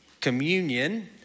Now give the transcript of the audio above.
communion